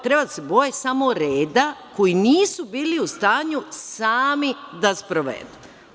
Treba da se boje samo reda, koji nisu bili u stanju sami da sprovedu.